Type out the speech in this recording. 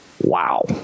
Wow